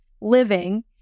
living